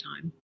time